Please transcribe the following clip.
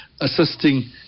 assisting